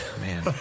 man